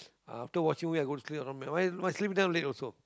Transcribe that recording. ah after watching movie I go to sleep my my sleeping time late also